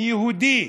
מיהודי,